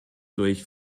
durch